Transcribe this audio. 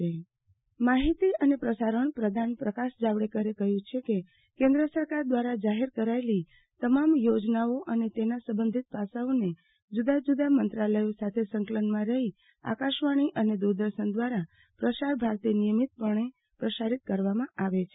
આરતીબેન ભદ્દ શ્રીજાવડેકર માહિતી અને પ્રસારણ પ્રધાન માહિતી અને પ્રસારણ પ્રધાન પ્રકાશ જાવડેકરે કહ્યુ છે કે કેન્દ્ર સરકાર દ્રારા જાહેર કરાચેલી તમામ યોજનાઓ અને તેના સંબંધિત પાસાઓને જુદા જુદા મંત્રાલયો સાથે સંકલનમાં રહી આકાશવાણી અને દુરદર્શન દ્રારા પ્રસાર ભારતી નિયમિતપણે પ્રસારીત કરવામાં આવે છે